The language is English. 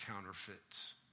counterfeits